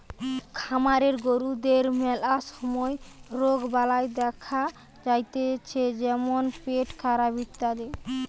খামারের গরুদের ম্যালা সময় রোগবালাই দেখা যাতিছে যেমন পেটখারাপ ইত্যাদি